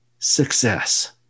Success